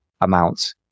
amount